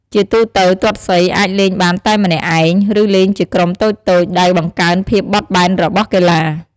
ជាទូទៅ ទាត់សីអាចលេងបានតែម្នាក់ឯង ឬលេងជាក្រុមតូចៗ ដែលបង្កើនភាពបត់បែនរបស់កីឡា។